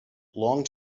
long